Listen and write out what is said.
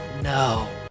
No